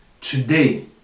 Today